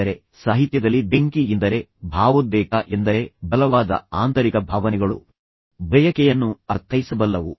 ಆದರೆ ಸಾಹಿತ್ಯದಲ್ಲಿ ಬೆಂಕಿ ಎಂದರೆ ಭಾವೋದ್ರೇಕ ಎಂದರೆ ಬಲವಾದ ಆಂತರಿಕ ಭಾವನೆಗಳು ಬಯಕೆಯನ್ನು ಅರ್ಥೈಸಬಲ್ಲವು